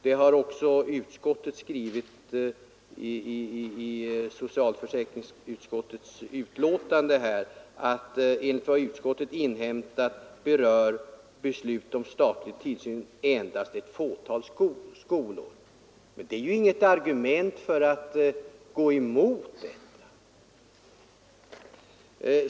Detta har också socialförsäkringsutskottet skrivit i sitt betänkande: ”Enligt vad utskottet inhämtat berör beslut om statlig tillsyn endast ett fåtal skolor.” Men det är ju inget argument för att gå emot förslaget i motionen.